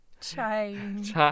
Change